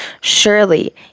Surely